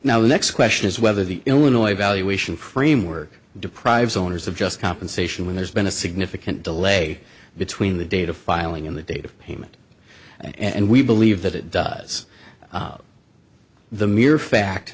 now the next question is whether the illinois valuation framework deprives owners of just compensation when there's been a significant delay between the data filing and the date of payment and we believe that it does the mere fact